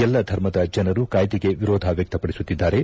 ಎಲ್ಲ ಧರ್ಮದ ಜನರು ಕಾಯ್ದೆಗೆ ವಿರೋಧ ವ್ಯಕ್ತಪಡಿಸುತ್ತಿದ್ದಾರೆ